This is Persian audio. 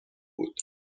بود